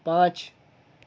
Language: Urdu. پانچ